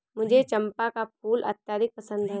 मुझे चंपा का फूल अत्यधिक पसंद है